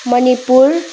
Manipur